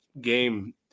game